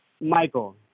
Michael